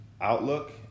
outlook